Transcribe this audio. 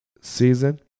season